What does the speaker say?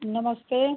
नमस्ते